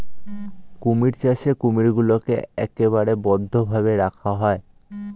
কুমির চাষে কুমিরগুলোকে একেবারে বদ্ধ ভাবে রাখা হয়